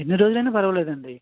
ఎన్ని రోజులు అయినా పరవాలేదు అండి